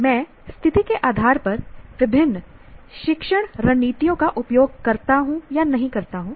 मैं स्थिति के आधार पर विभिन्न शिक्षण रणनीतियों का उपयोग करता हूं नहीं करता हूं